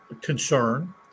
concern